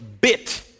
bit